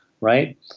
right